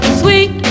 sweet